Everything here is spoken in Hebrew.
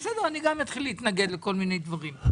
גם אני אתחיל להתנגד לכל מיני דברים.